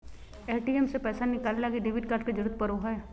ATM से पैसा निकाले लगी डेबिट कार्ड के जरूरत पड़ो हय